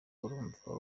urumva